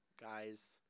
guys